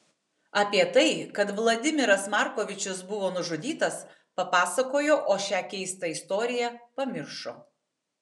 apie tai kad vladimiras markovičius buvo nužudytas papasakojo o šią keistą istoriją pamiršo